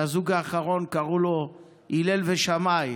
לזוג האחרון קראו הלל ושמאי.